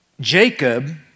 Jacob